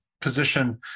position